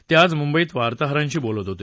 ते आज मुंबईत वार्ताहरांशी बोलत होते